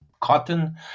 cotton